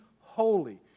holy